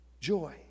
joy